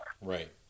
Right